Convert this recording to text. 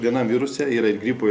vienam viruse yra ir gripo